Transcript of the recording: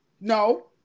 No